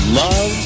love